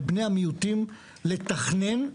לבני המיעוטים לתכנן,